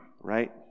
right